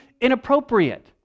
inappropriate